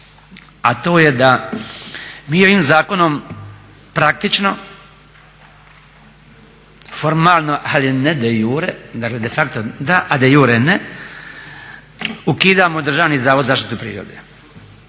a to je da mi ovim zakonom praktično formalno ali ne de iure, dakle de facto da, a de iure ne, ukidamo Državni zavod za zaštitu prirode.